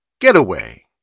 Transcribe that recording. Getaway